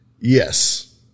Yes